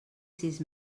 sis